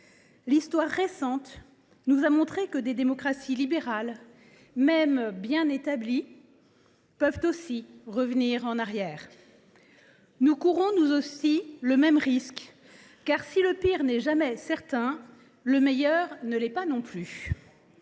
L’histoire récente nous a montré que des démocraties libérales, même bien établies, pouvaient revenir en arrière. Nous courons le même risque, car, si le pire n’est jamais certain, le meilleur ne l’est pas non plus.